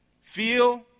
feel